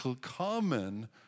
common